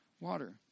water